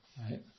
Right